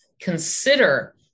consider